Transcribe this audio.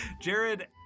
Jared